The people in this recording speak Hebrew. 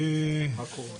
בוקר טוב,